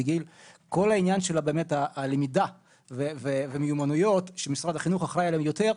כל עניין של הלמידה והמיומנויות משרד אחראי עליהן יותר.